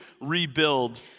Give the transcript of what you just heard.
rebuild